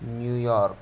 New York